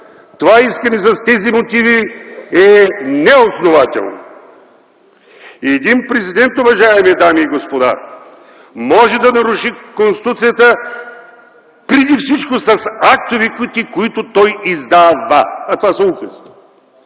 „Това искане с тези мотиви е неоснователно”. Един президент, уважаеми дами и господа, може да наруши Конституцията преди всичко с актовете, които той из-да-ва, а това са указите.